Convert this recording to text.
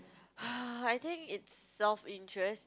I think its self interest